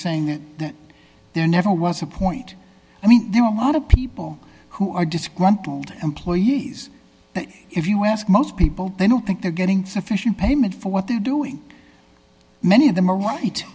saying that there never was a point i mean there are a lot of people who are disgruntled employees but if you ask most people they don't think they're getting sufficient payment for what they're doing many of them are white